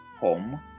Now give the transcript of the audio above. home